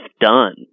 done